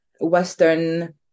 Western